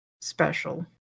special